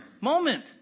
moment